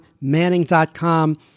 manning.com